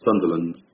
Sunderland